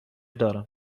دارم